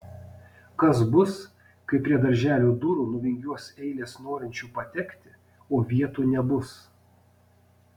kas bus kai prie darželio durų nuvingiuos eilės norinčių patekti o vietų nebus